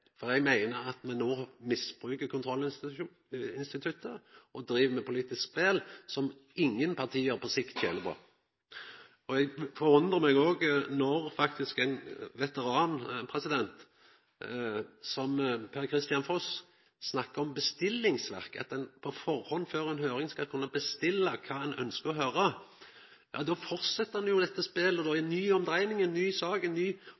for eg meiner at me no misbruker kontrollinstituttet og driv med politisk spel som ingen parti på sikt tener på. Eg forundrar meg òg når ein veteran som Per-Kristian Foss snakkar om bestillingsverk, at ein på førehand, før ei høyring, skal kunna bestilla kva ein ønskjer å høyra. Då fortset ein med dette spelet, ei ny omdreiing, ei ny sak, ein ny